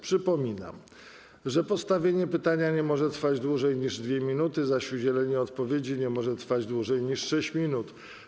Przypominam, że postawienie pytania nie może trwać dłużej niż 2 minuty, zaś udzielenie odpowiedzi nie może trwać dłużej niż 6 minut.